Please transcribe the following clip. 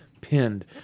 Pinned